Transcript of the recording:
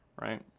right